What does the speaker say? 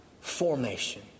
formation